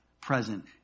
present